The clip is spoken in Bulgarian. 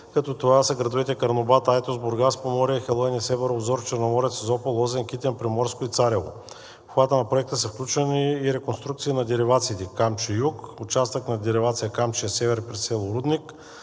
като това са градовете Карнобат, Айтос, Бургас, Поморие, Ахелой, Несебър, Обзор, Черноморец, Созопол, Лозенец, Китен, Приморско и Царево. В обхвата на Проекта са включени и реконструкции на деривациите „Камчия-юг“, участък на деривация „Камчия- север“ през село Рудник,